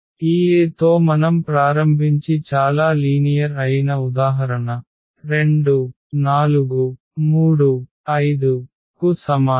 ఈ A తో మనం ప్రారంభించి చాలా లీనియర్ అయిన ఉదాహరణ 2 4 3 5 కు సమానం